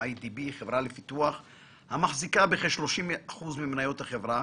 הם אי די בי חברה לפיתוח המחזיקה בכ -30% מניות החברה,